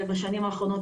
ובשנים האחרונות,